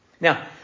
Now